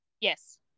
Yes